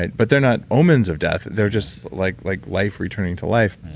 but they're not omens of death. they're just like like life returning to life,